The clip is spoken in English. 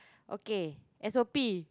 okay S_O_P